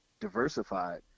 diversified